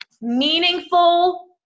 Meaningful